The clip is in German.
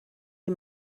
die